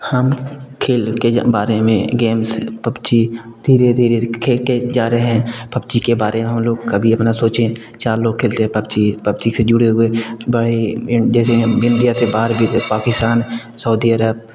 हम खेल के बारे में गेम्स पबजी धीरे धीरे खेलते जा रहे हैं पबजी के बारे में हम लोग कभी इतना सोचे चार लोग खेलते हैं पबजी पबजी से जुड़े हुए इंडिया से बाहर भी है पाकिस्तान सऊदी अरब